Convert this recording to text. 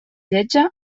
lletja